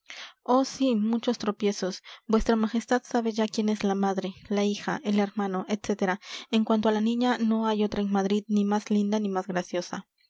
oh sí muchos tropiezos vuestra majestad sabe ya quién es la madre la hija el hermano etc en cuanto a la niña no hay otra en madrid ni más linda ni más graciosa